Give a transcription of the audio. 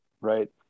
Right